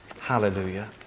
Hallelujah